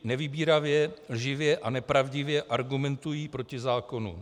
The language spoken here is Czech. Nevybíravě, lživě a nepravdivě argumentují proti zákonu.